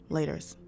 Laters